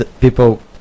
people